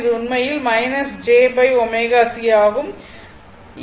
இது உண்மையில் jω C ஆகும்